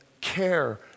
care